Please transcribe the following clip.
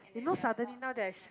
you know suddenly now there's